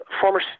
Former